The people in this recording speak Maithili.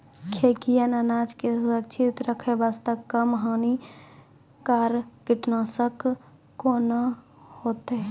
खैहियन अनाज के सुरक्षित रखे बास्ते, कम हानिकर कीटनासक कोंन होइतै?